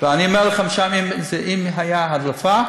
אני אומר לכם שאם הייתה הדלפה,